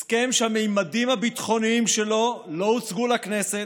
הסכם שהממדים הביטחוניים שלו לא הוצגו לכנסת,